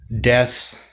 death